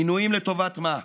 מינויים לטובת מה,